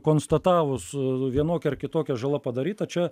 konstatavus vienokia ar kitokia žala padaryta čia